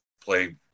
play